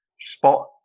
spot